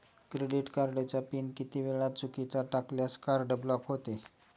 Credit कार्डचा pin किती वेळा चुकीचा टाकल्यास कार्ड ब्लॉक होते?